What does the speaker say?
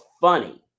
funny